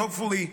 hopefully,